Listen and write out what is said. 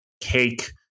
cake